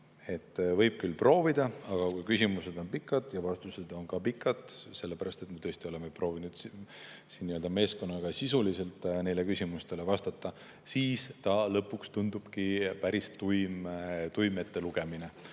võib küll proovida, aga kui küsimused on pikad, on vastused ka pikad, sellepärast et me tõesti oleme proovinud meeskonnaga sisuliselt neile küsimustele vastata, aga lõpuks see tundubki päris tuim ettelugemine.